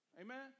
Amen